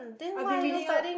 I've been reading up